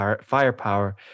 firepower